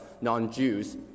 non-Jews